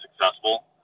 successful